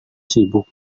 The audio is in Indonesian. sibuk